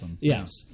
Yes